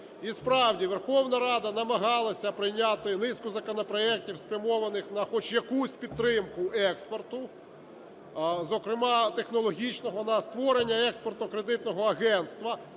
І справді, Верховна Рада намагалась прийняти низку законопроектів, спрямованих на хоч якусь підтримку експорту, зокрема технологічного, на створення Експортно-кредитного агентства.